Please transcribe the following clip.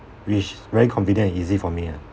which is very convenient and easy for me ah